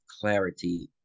clarity